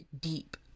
deep